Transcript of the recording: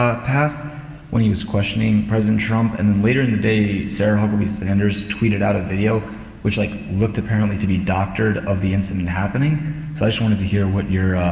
pass when he was questioning president trump and then later in the day sarah huckaby sanders tweeted out a video which like looked apparently to be doctored of the incident happening. so, i just wanted to hear what your, ah,